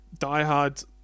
diehard